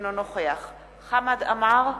אינו נוכח חמד עמאר,